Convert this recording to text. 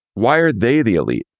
why are they the elite?